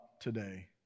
today